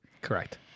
Correct